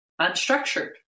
unstructured